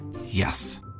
Yes